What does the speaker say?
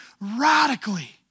radically